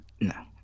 No